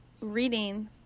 reading